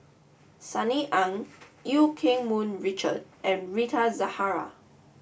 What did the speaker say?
Sunny Ang Eu Keng Mun Richard and Rita Zahara